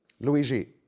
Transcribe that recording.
Luigi